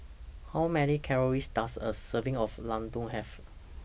How Many Calories Does A Serving of Laddu Have